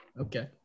Okay